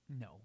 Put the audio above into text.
No